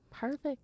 Perfect